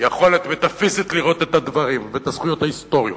יכולת מטאפיזית לראות את הדברים ואת הזכויות ההיסטוריות.